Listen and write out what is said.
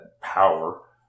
power